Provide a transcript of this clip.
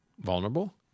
vulnerable